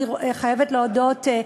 אני חייבת להודות,